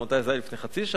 לפני חצי שנה או שנה,